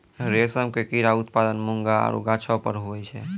रेशम के कीड़ा उत्पादन मूंगा आरु गाछौ पर हुवै छै